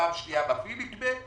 פעם שנייה המפעיל יגבה,